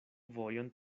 vojon